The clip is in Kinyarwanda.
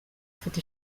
afite